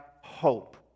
hope